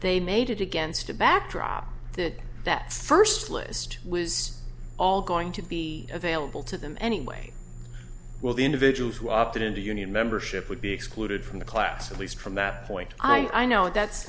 they made it against a backdrop that that first list was all going to be available to them anyway well the individuals who opted in the union membership would be excluded from the class at least from that point i know that's